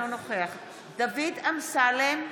אינו נוכח דוד אמסלם,